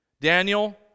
Daniel